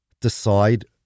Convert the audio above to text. decide